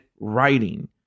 writing